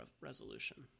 resolution